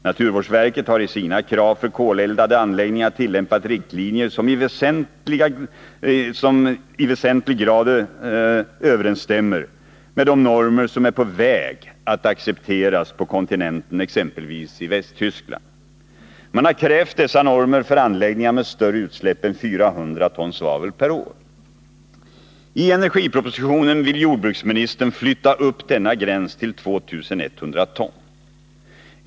Naturvårdsverket har i sina krav för koleldade anläggningar tillämpat riktlinjer som i väsentlig grad överensstämmer med de normer som är på väg att accepteras på kontinenten, exempelvis i Västtyskland. Man har krävt dessa normer för anläggningar med större utsläpp än 400 ton svavel per år. I energipropositionen vill jordbruksministern flytta upp denna gräns till 2 100 ton.